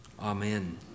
Amen